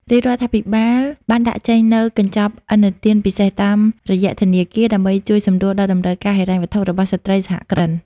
រាជរដ្ឋាភិបាលបានដាក់ចេញនូវកញ្ចប់ឥណទានពិសេសតាមរយៈធនាគារ ដើម្បីជួយសម្រួលដល់តម្រូវការហិរញ្ញវត្ថុរបស់ស្ត្រីសហគ្រិន។